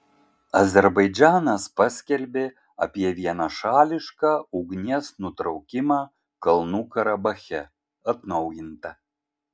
azerbaidžanas paskelbė apie vienašališką ugnies nutraukimą kalnų karabache atnaujinta